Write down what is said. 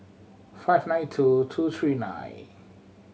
five nine two two three nine